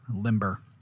limber